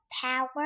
power